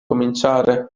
cominciare